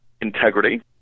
integrity